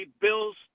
Bills